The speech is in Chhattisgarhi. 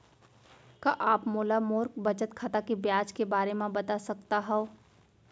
का आप मोला मोर बचत खाता के ब्याज के बारे म बता सकता हव?